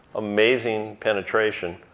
amazing penetration.